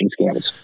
scams